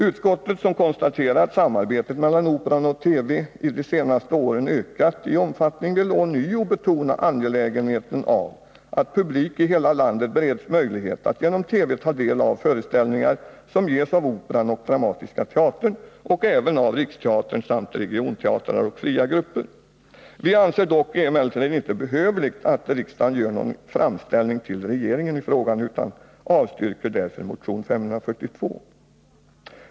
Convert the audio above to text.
Utskottet, som konstaterar att samarbetet mellan Operan och TV de senaste åren ökat i omfattning, vill ånyo betona angelägenheten av att publik i hela landet bereds möjlighet att genom TV ta del av föreställningar som ges av Operan och Dramatiska teatern och även av Riksteatern samt regionteatrar och fria grupper. Vi anser det emellertid inte behövligt att riksdagen gör någon framställning till regeringen i frågan. Utskottet avstyrker därför motion 542.